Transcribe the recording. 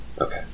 okay